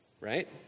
right